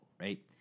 right